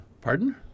Pardon